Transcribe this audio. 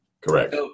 Correct